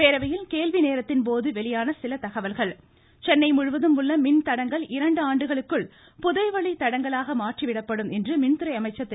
பேரவையில் கேள்வி நேரத்தின்போது வெளியான சில தகவல்கள் சென்னை முழுவதும் உள்ள மின் தடங்கள் இரண்டு புதைவழித்தடங்களாக மாற்றப்பட்டு விடும் என்று மின்துறை அமைச்சர் திரு